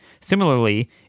Similarly